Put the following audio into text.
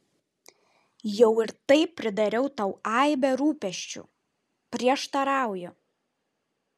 jau ir taip pridariau tau aibę rūpesčių prieštarauju